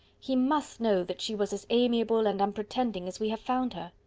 he must know that she was as amiable and unpretending as we have found her.